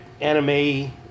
anime